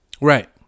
Right